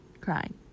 crying